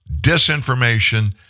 disinformation